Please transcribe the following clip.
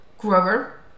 Grover